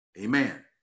Amen